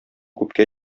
күпкә